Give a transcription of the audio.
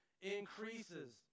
increases